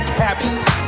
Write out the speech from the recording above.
habits